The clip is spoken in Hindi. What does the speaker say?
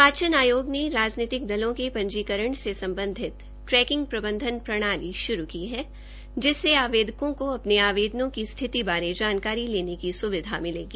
निर्वाचन आयोग ने राजनीतिक दलों के पंजीकरण से सम्बधित ट्रेकिंग प्रबंधन प्रणाली श्रू की है जिससे आवेदकों को अपने आवेदनों की स्थिति बारे जानकारी लेने की सुविधा मिलेगी